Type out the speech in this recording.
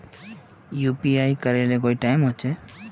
UPI करे ले कोई टाइम होचे?